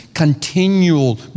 continual